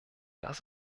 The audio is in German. das